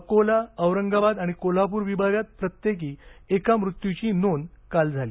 अकोला औरंगाबाद आणि कोल्हापूर विभागात प्रत्येकी एका मृत्यूची नोंद काल झाली